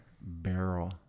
barrel